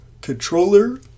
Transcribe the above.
controller